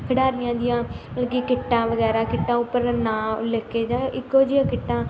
ਖਿਡਾਰੀਆਂ ਦੀਆਂ ਮਤਲਬ ਕਿ ਕਿੱਟਾਂ ਵਗੈਰਾ ਕਿੱਟਾਂ ਉੱਪਰ ਨਾਂ ਲਿੱਖ ਕੇ ਜਾਂ ਇੱਕੋ ਜਿਹੀਆਂ ਕਿੱਟਾਂ